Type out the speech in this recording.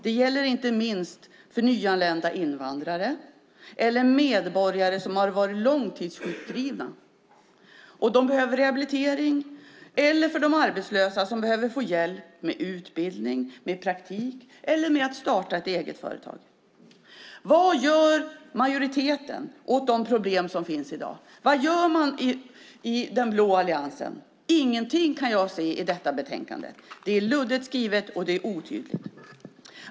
Det gäller inte minst för nyanlända invandrare eller medborgare som har varit långtidssjukskrivna. De behöver rehabilitering, och de arbetslösa behöver få hjälp med utbildning, praktik eller med att starta ett eget företag. Vad gör majoriteten åt de problem som finns i dag? Vad gör man i den blå alliansen? Ingenting, kan jag se i detta betänkande. Det är luddigt skrivet och otydligt.